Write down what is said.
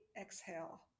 exhale